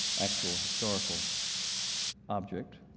actual historical object,